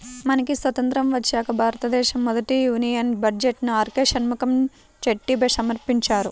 మనకి స్వతంత్రం వచ్చాక భారతదేశ మొదటి యూనియన్ బడ్జెట్ను ఆర్కె షణ్ముఖం చెట్టి సమర్పించారు